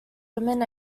women